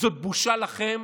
זו בושה לכם,